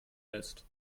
lässt